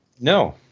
no